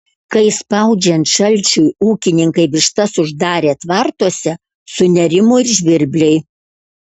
kai spaudžiant šalčiui ūkininkai vištas uždarė tvartuose sunerimo ir žvirbliai